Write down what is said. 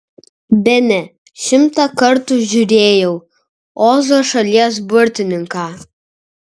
bene šimtą kartų žiūrėjau ozo šalies burtininką